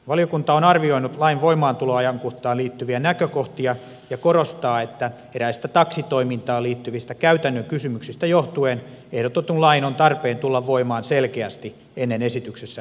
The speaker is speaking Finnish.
valiokunta on arvioinut lain voimaantuloajankohtaan liittyviä näkökohtia ja korostaa että eräistä taksitoimintaan liittyvistä käytännön kysymyksistä johtuen ehdotetun lain on tarpeen tulla voimaan selkeästi ennen esityksessä ehdotettua ajankohtaa